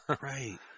right